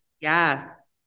Yes